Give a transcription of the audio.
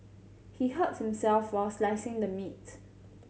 he hurt himself while slicing the meats